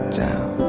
down